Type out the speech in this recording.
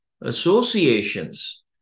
associations